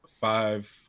five